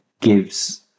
gives